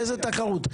איזה תחרות?